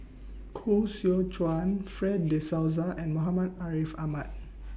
Koh Seow Chuan Fred De Souza and Muhammad Ariff Ahmad